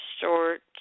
short